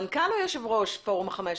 מנכ"ל או יושב-ראש פורום ה-15?